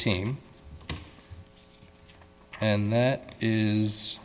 team and that is